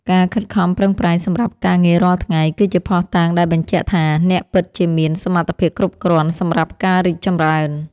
ការខិតខំប្រឹងប្រែងសម្រាប់ការងាររាល់ថ្ងៃគឺជាភស្តុតាងដែលបញ្ជាក់ថាអ្នកពិតជាមានសមត្ថភាពគ្រប់គ្រាន់សម្រាប់ការរីកចម្រើន។